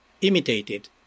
imitated